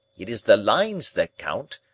it is the lines that count,